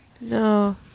No